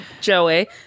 Joey